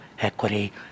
equity